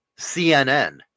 CNN